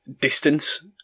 distance